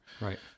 Right